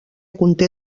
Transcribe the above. conté